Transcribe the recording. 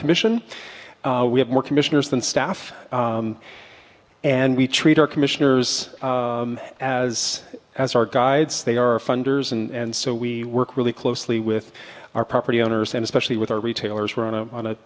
commission we have more commissioners than staff and we treat our commissioners as as our guides they are funders and so we work really closely with our property owners and especially with our retailers we're on a on a